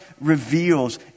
reveals